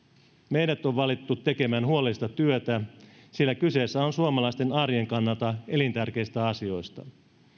meidät on valittu tekemään huolellista työtä sillä kyse on suomalaisten arjen kannalta elintärkeistä asioista